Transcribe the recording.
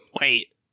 Wait